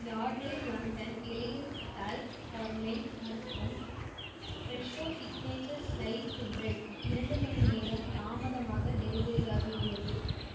Yardley London elegance talc for men மற்றும் Fresho signature sliced bread இரண்டு மணி நேரம் தாமதமாக டெலிவரி ஆகி உள்ளது